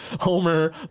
Homer